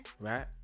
Right